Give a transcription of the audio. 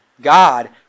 God